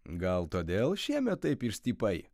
gal todėl šiemet taip išstypai